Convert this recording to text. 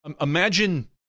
Imagine